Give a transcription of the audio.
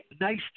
nice